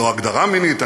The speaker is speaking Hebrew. לא הגדרה מינית,